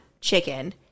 chicken